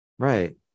Right